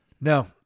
No